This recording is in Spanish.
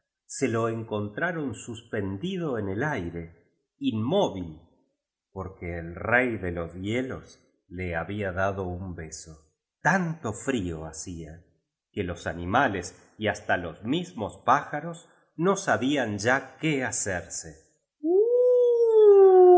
se lo encontraron suspendido en el aire inmóvil porque el rey de los hielos le había dado un beso tanto frío hacía que los animales y hasta los mismos pá jaros no sabían ya que hacerse